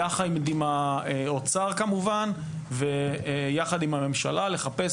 יחד עם האוצר כמובן ויחד עם הממשלה לחפש